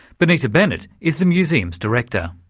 bonita bennett is the museum's director.